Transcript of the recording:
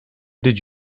did